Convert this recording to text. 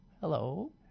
Hello